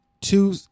two